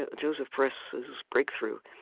and joseph peress's breakthrough,